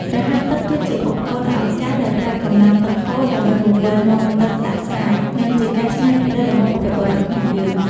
រហាត់ទឹកគឺជាឧបករណ៍ដ៏អស្ចារ្យដែលប្រើកម្លាំងទឹកហូរដើម្បីបង្វិលនាំទឹកដាក់ស្រែ និងជាការច្នៃប្រឌិតរបស់បុព្វបុរសខ្មែរយើង។